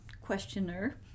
questioner